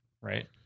Right